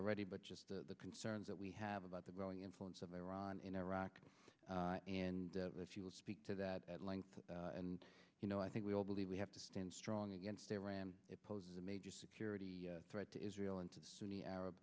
already but just the concerns that we have about the growing influence of iran in iraq and if you will speak to that at length and you know i think we all believe we have to stand strong against iran it poses a major security threat to israel and to sunni arab